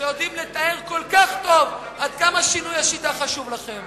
שיודעים לתאר כל כך טוב עד כמה שינוי השיטה חשוב לכם,